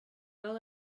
all